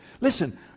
Listen